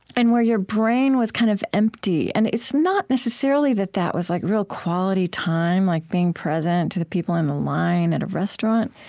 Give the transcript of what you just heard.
and where your brain was kind of empty and it's not necessarily that that was like real quality time, like being present to the people in the line at a restaurant.